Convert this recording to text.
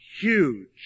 huge